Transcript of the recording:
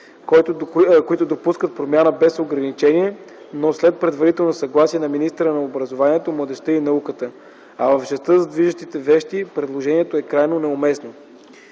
които допускат промяна без ограничение, но след предварително съгласие на министъра на образованието, младежта и науката, а в частта за движимите вещи предложението е крайно неуместно.